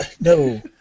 no